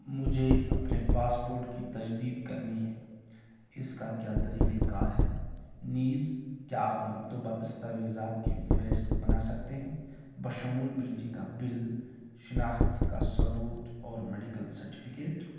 مجھے اپنے پاسپورٹ کی تجدید کرنی ہے اس کا کیا طریقۂ کار کیا ہے نیز کیا آپ مطلوبہ دستاویزات کی فہرست بنا سکتے ہیں بشمول بجلی کا بل شناخت کا ثبوت اور میڈیکل سرٹیفکیٹ